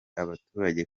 abaturage